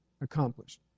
Accomplished